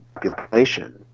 population